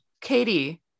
katie